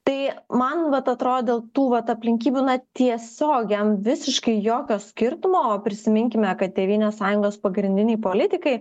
tai man vat atrodo tų vat aplinkybių na tiesiog jam visiškai jokio skirtumo prisiminkime kad tėvynės sąjungos pagrindiniai politikai